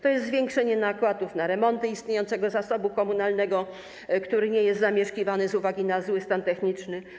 To jest zwiększenie nakładów na remonty istniejącego zasobu komunalnego, który nie jest zamieszkiwany z uwagi na zły stan techniczny.